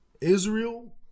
Israel